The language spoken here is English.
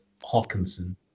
Hawkinson